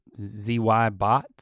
Zybots